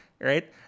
Right